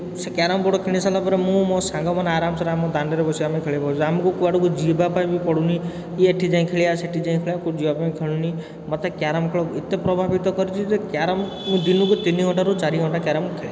ସେ carrom board କିଣିସାରିବା ପରେ ମୁଁ ମୋ ସାଙ୍ଗ ମାନେ ଆରାମ ସେ ଆମ ଦାଣ୍ଡରେ ବସିକି ଖେଳିବୁ ଆମକୁ କେଉଁଠିକି ଯିବାପାଇଁ ବି ପଡ଼ୁନି ଏଠି ଯାଇ ଖେଳିବା ସେଇଠି ଯାଇ ଖେଳିବା କୁଆଡ଼େ ଯିବା ପାଇଁ ପଡ଼ୁନି ମୋତେ କ୍ୟାରମ୍ ଖେଳ ଏତେ ପ୍ରଭାବିତ କରିଛି ଯେ କ୍ୟାରମ୍ ମୁଁ ଦିନକୁ ତିନି ଘଣ୍ଟାରୁ ଚାରି ଘଣ୍ଟା କ୍ୟାରମ୍ ଖେଳେ